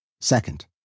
Second